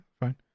fine